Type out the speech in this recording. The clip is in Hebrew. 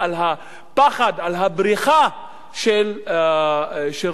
על הבריחה של רשויות החוק במדינת ישראל.